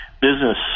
business